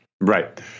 Right